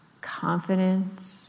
confidence